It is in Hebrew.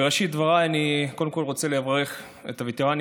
בראשית דבריי אני קודם כול רוצה לברך את הווטרנים